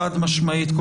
חד משמעית.